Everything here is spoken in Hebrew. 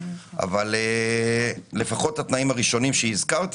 אבל לפחות התנאים הראשונים שהזכרתי,